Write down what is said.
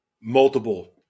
Multiple